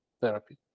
therapy